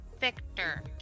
Victor